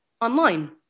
online